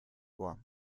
ohr